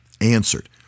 answered